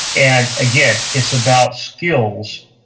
and again, it's about skills,